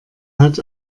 hat